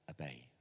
obey